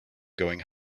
going